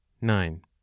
nine